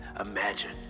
Imagine